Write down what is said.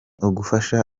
ugufasha